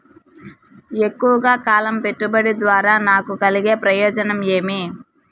ఎక్కువగా కాలం పెట్టుబడి ద్వారా నాకు కలిగే ప్రయోజనం ఏమి?